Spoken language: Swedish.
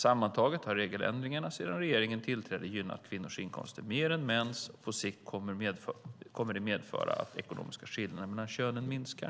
Sammantaget har regeländringarna sedan regeringen tillträdde gynnat kvinnors inkomster mer än mäns och kommer på sikt att medföra att de ekonomiska skillnaderna mellan könen minskar.